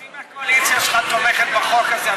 חצי מהקואליציה שלך תומכת בחוק הזה,